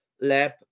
lab